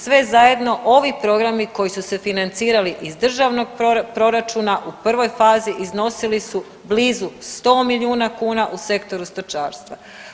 Sve zajedno, ovi programi koji su se financirali iz državnog proračuna, u prvoj fazi iznosili su blizu 100 milijuna kuna u sektoru stočarstva.